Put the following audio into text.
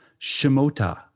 Shimota